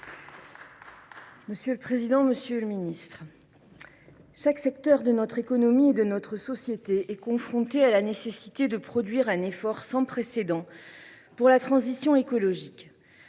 Monsieur le président, monsieur le ministre, mes chers collègues, chaque secteur de notre économie et de notre société est confronté à la nécessité de produire un effort sans précédent pour la transition écologique.